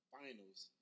Finals